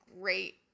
great